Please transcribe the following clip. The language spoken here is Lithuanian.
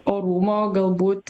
orumo galbūt